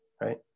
right